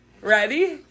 Ready